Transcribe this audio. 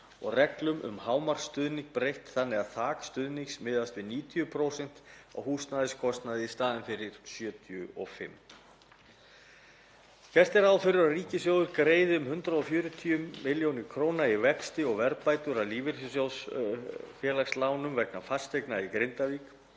og reglum um hámarksstuðning breytt þannig að þak stuðnings miðist við 90% af húsnæðiskostnaði í stað 75%. Gert er ráð fyrir að ríkissjóður greiði um 140 milljónir kr. í vexti og verðbætur af lífeyrissjóðsfélagalánum vegna fasteigna í Grindavík